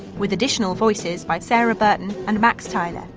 with additional voices by sarah burton and max tyler.